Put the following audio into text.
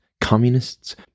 communists